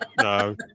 No